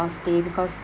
our stay because